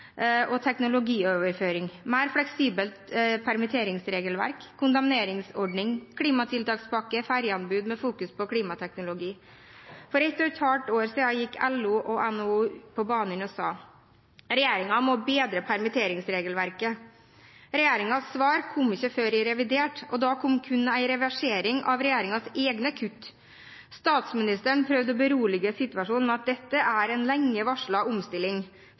og teknologioverføring, mer fleksibelt permitteringsregelverk, kondemneringsordning, klimatiltakspakke og fergeanbud med fokus på klimateknologi. For ett og et halvt år siden gikk LO og NHO på banen og sa: Regjeringen må bedre permitteringsregelverket. Regjeringens svar kom ikke før i revidert, og da kom kun en reversering av regjeringens egne kutt. Statsministeren prøvde å berolige i situasjonen med at dette er en lenge varslet omstilling.